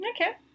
Okay